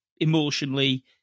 emotionally